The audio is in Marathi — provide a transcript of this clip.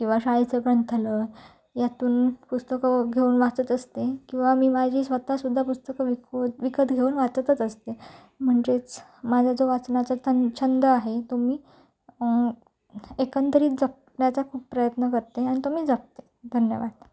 किवा शाळेचं ग्रंथालय यातून पुस्तकं घेऊन वाचत असते किंवा मी माझी स्वत सुद्धा पुस्तकं विकत विकत घेऊन वाचतच असते म्हणजेच माझा जो वाचण्याचा छं छंद आहे तो मी एकंदरीत जपण्याचा खूप प्रयत्न करते आणि तो मी जपते धन्यवाद